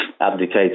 abdicate